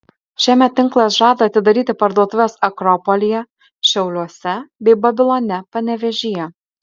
šiemet tinklas žada atidaryti parduotuves akropolyje šiauliuose bei babilone panevėžyje